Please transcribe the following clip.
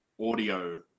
audio